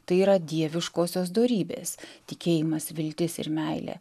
tai yra dieviškosios dorybės tikėjimas viltis ir meilė